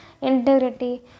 integrity